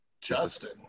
Justin